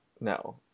no